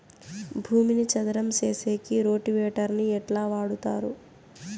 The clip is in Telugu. భూమిని చదరం సేసేకి రోటివేటర్ ని ఎట్లా వాడుతారు?